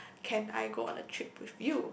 can I go on a trip with you